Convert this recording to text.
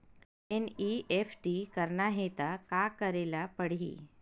NEFT करना हे त का करे ल पड़हि?